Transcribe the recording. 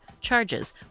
charges